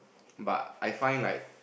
but I find like